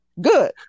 Good